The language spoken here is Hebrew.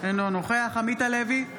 אינו נוכח עמית הלוי,